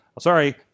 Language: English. sorry